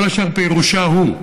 כל השאר פירושה הוא,